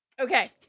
Okay